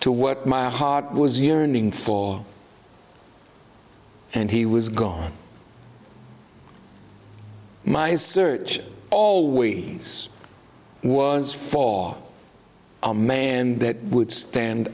to what my heart was yearning for and he was gone my search all we was for a man that would stand